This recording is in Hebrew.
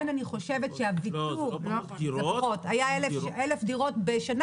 היו 1,000 דירות בשנה.